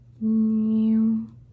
New